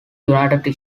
united